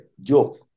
joke